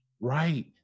Right